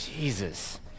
jesus